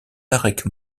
tarek